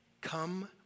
come